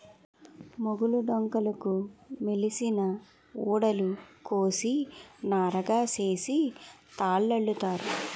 మొగులు డొంకలుకు మొలిసిన ఊడలు కోసి నారగా సేసి తాళల్లుతారు